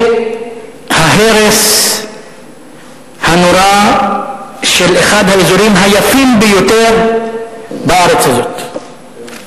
וההרס הנורא של אחד האזורים היפים ביותר בארץ הזאת,